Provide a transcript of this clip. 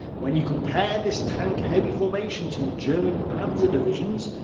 when you compare this tank-heavy formation to the german panzer divisions,